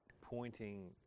pointing